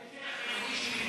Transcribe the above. לא בתוך,